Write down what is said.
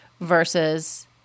versus